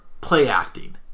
play-acting